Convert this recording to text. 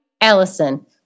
Allison